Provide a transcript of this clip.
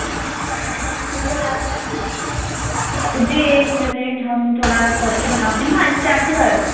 और बताइये जी बिल बना दूँ जी एक मिनट हम थोड़ा सोच के बताते हैं हाँ स्टेपलर